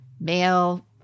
male